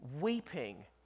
weeping